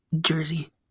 jersey